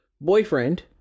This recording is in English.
boyfriend